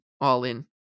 all-in